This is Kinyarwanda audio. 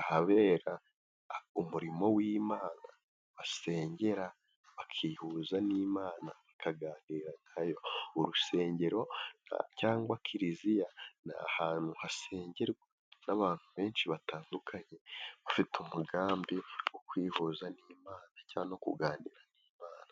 ahabera umurimo w'Imana basengera, bakihuza n'Imana ukaganira nayo. Urusengero cyangwa kiliziya ni ahantu hasengerwa n'abantu benshi batandukanye, bafite umugambi wo kwihuza n'Imana cyangwa kuganira n'Imana.